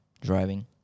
driving